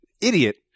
idiot